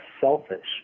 selfish